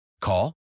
Call